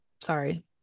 Sorry